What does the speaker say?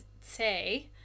say